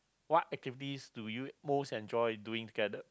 what activities do you most enjoy doing together